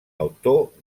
autor